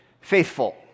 faithful